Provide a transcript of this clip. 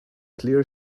clear